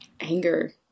anger